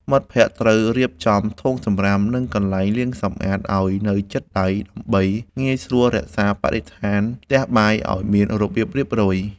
មិត្តភក្តិត្រូវរៀបចំធុងសំរាម និងកន្លែងលាងសម្អាតឱ្យនៅជិតដៃ ដើម្បីងាយស្រួលរក្សាបរិស្ថានផ្ទះបាយឱ្យមានរបៀបរៀបរយ។